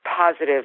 positive